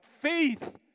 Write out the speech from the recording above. faith